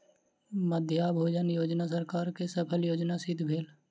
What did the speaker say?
मध्याह्न भोजन योजना सरकार के सफल योजना सिद्ध भेल